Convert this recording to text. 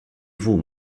vous